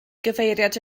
gyfeiriad